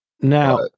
Now